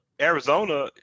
Arizona